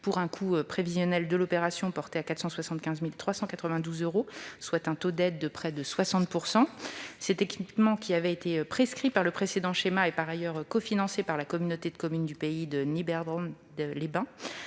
pour un coût prévisionnel de l'opération porté à 475 392 euros, soit un taux d'aide de près de 60 %. Cet équipement, qui avait été prescrit par le précédent schéma, est par ailleurs cofinancé par la communauté de communes du Pays de Niederbronn-les-Bains.